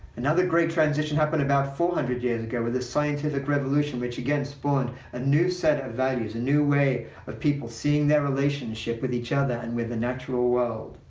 another great transition happened about four hundred years ago with the scientific revolution, which again spawned a new set of values a new way of people seeing their relationship with each other and with the natural world.